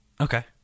Okay